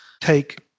take